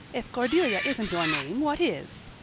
if cordelia isn't your name, what is?